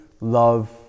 love